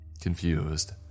Confused